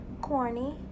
Corny